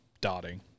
dotting